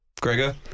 Gregor